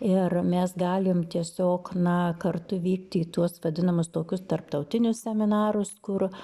ir mes galim tiesiog na kartu vykti į tuos vadinamus tokius tarptautinius seminarus kur